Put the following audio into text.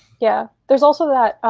yeah there is also that